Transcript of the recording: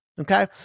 okay